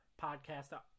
podcast